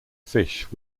fish